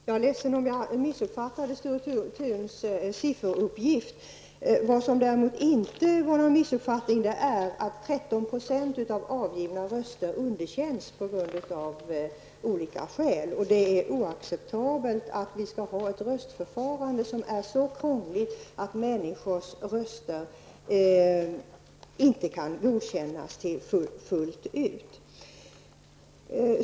Fru talman! Jag beklagar om jag missuppfattade Sture Thuns sifferuppgift. Vad som emellertid inte var någon missuppfattning är att 13 % av avgivna röster underkänns av olika skäl. Det är oacceptabelt att vi har ett röstförfarande som är så krångligt att människors röster inte kan godkännas fullt ut.